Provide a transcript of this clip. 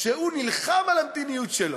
שנלחם על המדיניות שלו.